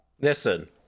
Listen